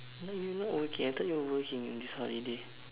now you not working I thought you were working in this holiday